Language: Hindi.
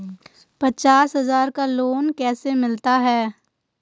पचास हज़ार का लोन कैसे मिलता है?